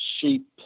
sheep –